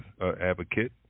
advocate